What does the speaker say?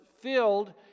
filled